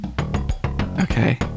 Okay